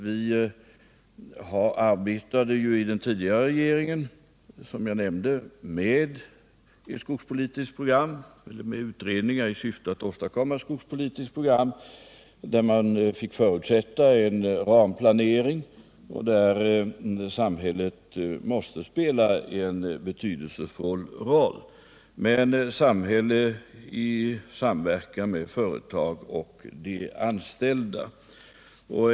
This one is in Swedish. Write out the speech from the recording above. Vi arbetade ju, som jag nämnde, i den tidigare regeringen med utredningar i syfte att åstadkomma ett skogspolitiskt program, där man fick förutsätta en ramplanering och där samhället måste spela en betydelsefull roll, dock i samverkan med företag och anställda.